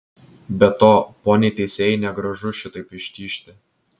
be to poniai teisėjai negražu šitaip ištižti